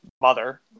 mother